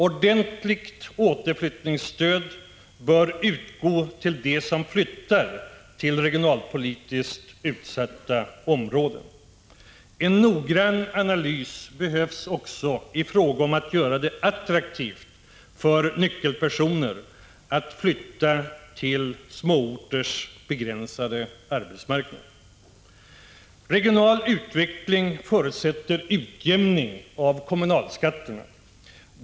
Ordentligt ”återflyttningsstöd” bör utgå till dem som flyttar till regionalpolitiskt utsatta områden. En noggrann analys behövs också för att kunna göra det attraktivt för nyckelpersoner att flytta till småorters begränsade arbetsmarknad. Regional utveckling förutsätter utjämning av kommunalskatten.